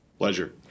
Pleasure